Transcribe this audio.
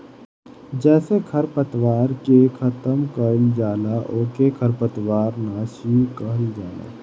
जेसे खरपतवार के खतम कइल जाला ओके खरपतवार नाशी कहल जाला